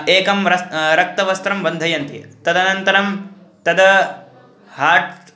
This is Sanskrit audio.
एकं रसः रक्तवस्त्रं बन्धयन्ति तदनन्तरं तद् हाट्